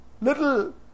little